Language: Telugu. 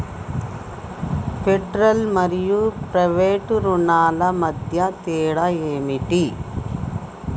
ఫెడరల్ మరియు ప్రైవేట్ రుణాల మధ్య తేడా ఏమిటి?